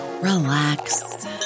relax